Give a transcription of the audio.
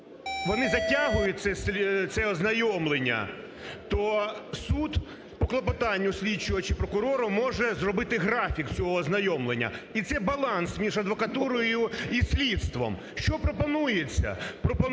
вони затягують це ознайомлення, то суд по клопотанню слідчого чи прокурора може зробити графік цього ознайомлення. І це баланс між адвокатурою і слідством. Що пропонується,